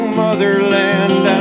motherland